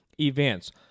events